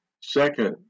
Second